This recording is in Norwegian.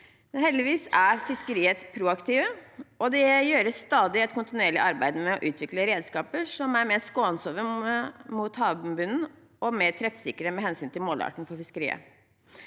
Heldigvis er fiskeriet proaktivt, og det gjøres stadig et kontinuerlig arbeid med å utvikle redskaper som er mer skånsomme mot havbunnen og mer treffsikre med hensyn til målarten for fiskeriet.